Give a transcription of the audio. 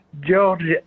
george